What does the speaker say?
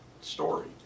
story